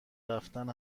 رفتن